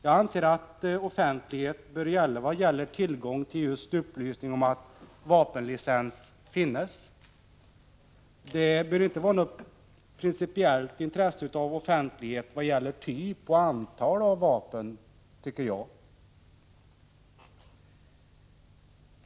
Jag anser att offentlighet bör råda vad gäller tillgång till uppgift om att vapenlicens finns. Men det bör inte finnas något principiellt intresse av offentlighet när det gäller typ av och antal vapen.